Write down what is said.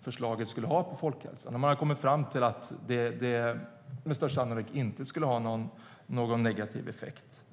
förslaget skulle ha på folkhälsan. Man har kommit fram till att det med största sannolikhet inte skulle ha någon negativ effekt.